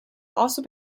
also